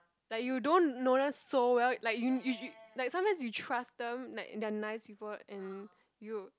like you don't know them so well like you you you like sometimes you trust them like they are nice people and you